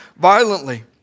violently